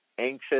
anxious